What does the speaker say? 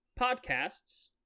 Podcasts